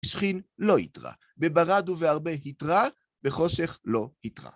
שחין לא התרה, בברד ובארבה התרה, בחושך לא התרה.